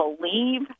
believe